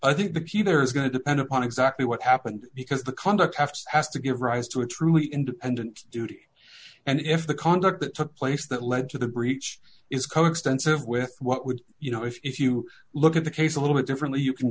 i think the key there is going to depend on exactly what happened because the conduct has to give rise to a truly independent duty and if the conduct that took place that led to the breach is coextensive with what would you know if you look at the case a little bit differently you can